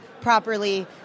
properly